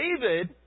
David